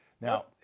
Now